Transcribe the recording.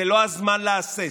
זה לא הזמן להסס,